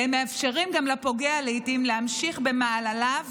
ולעיתים הן גם מאפשרות לפוגע להמשיך במעלליו